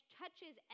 touches